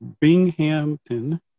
Binghamton